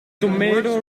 tomato